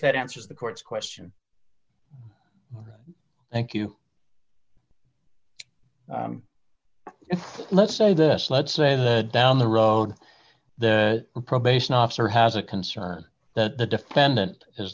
that answers the court's question thank you let's say this let's say that down the road the probation officer has a concern that the defendant is